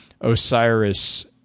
Osiris